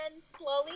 slowly